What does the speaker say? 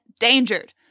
endangered